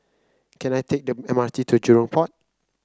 can I take the M R T to Jurong Port